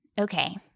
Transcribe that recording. okay